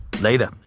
Later